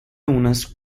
unas